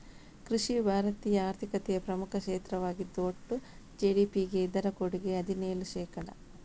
ಕೃಷಿಯು ಭಾರತೀಯ ಆರ್ಥಿಕತೆಯ ಪ್ರಮುಖ ಕ್ಷೇತ್ರವಾಗಿದ್ದು ಒಟ್ಟು ಜಿ.ಡಿ.ಪಿಗೆ ಇದರ ಕೊಡುಗೆ ಹದಿನೇಳು ಶೇಕಡಾ